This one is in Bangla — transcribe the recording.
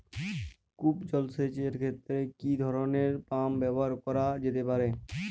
কূপ জলসেচ এর ক্ষেত্রে কি ধরনের পাম্প ব্যবহার করা যেতে পারে?